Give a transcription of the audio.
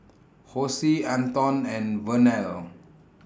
Hosie Anton and Vernell